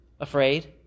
Afraid